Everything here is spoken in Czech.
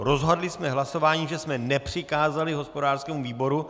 Rozhodli jsme hlasováním, že jsme nepřikázali hospodářskému výboru.